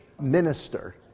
minister